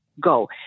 Go